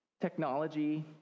technology